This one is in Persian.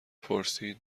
پرسید